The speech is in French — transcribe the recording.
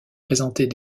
présenter